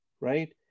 right